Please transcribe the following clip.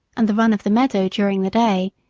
and the run of the meadow during the day,